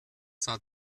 sah